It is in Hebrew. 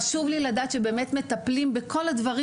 חשוב לי לדעת שבאמת מטפלים בכל הדברים